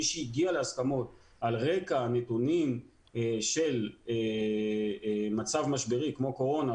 מי שהגיע להסכמות על רקע הנתונים של מצב משברי כמו קורונה,